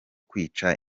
kwica